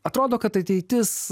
atrodo kad ateitis